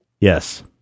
Yes